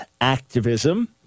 activism